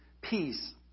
peace